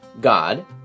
God